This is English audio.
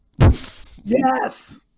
Yes